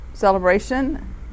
celebration